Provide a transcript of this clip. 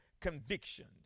convictions